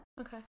Okay